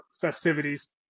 festivities